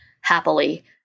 happily –